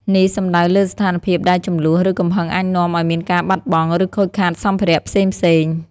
នេះសំដៅលើស្ថានភាពដែលជម្លោះ ឬកំហឹងអាចនាំឲ្យមានការបាត់បង់ ឬខូចខាតសម្ភារៈផ្សេងៗ។